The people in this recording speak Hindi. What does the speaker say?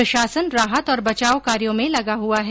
प्रशासन राहत और बचाव कार्यों में लगा हुआ है